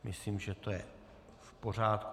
Myslím, že to je v pořádku.